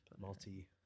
Multi